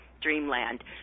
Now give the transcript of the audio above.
Dreamland